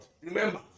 remember